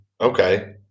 okay